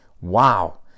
wow